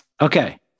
Okay